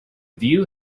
view